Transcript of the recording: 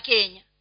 Kenya